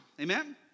Amen